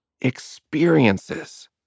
experiences